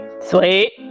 Sweet